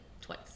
twice